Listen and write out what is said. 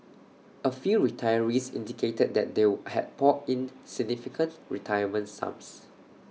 A few retirees indicated that they would had poured in significant retirement sums